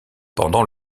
pendant